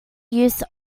use